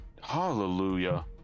Hallelujah